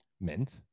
mint